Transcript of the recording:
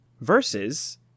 versus